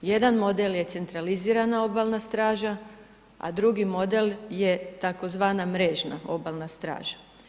Jedan model je centralizirana obalna straža, a drugi model je tzv. mrežna obalna straža.